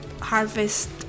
harvest